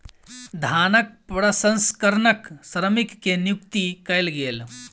धानक प्रसंस्करणक श्रमिक के नियुक्ति कयल गेल